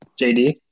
JD